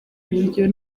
buryo